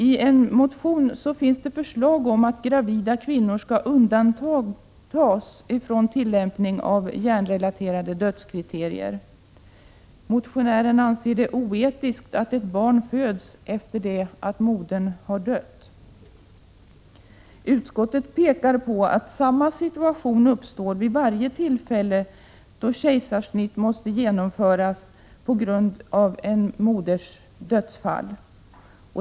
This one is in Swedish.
I en motion finns förslag om att gravida kvinnor skall undantas från tillämpning av hjärnrelaterade dödskriterier. Motionären anser det oetiskt att ett barn föds efter det att modern dött. Utskottet påpekar att samma situation uppstår vid varje tillfälle då kejsarsnitt måste genomföras på grund av moderns dödsfall.